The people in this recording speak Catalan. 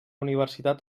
universitat